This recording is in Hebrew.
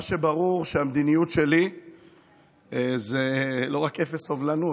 מה שברור הוא שהמדיניות שלי זה לא רק אפס סובלנות,